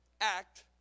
act